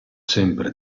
sempre